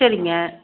சரிங்க